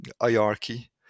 hierarchy